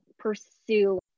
Pursue